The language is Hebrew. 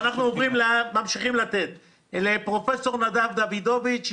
אנחנו נותנים לפרופ' נדב דוידוביץ,